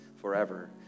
forever